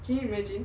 can you imagine